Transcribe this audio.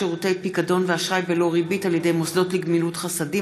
שירותי פיקדון באשראי בלא ריבית על ידי מוסדות לגמילות חסדים,